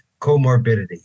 comorbidity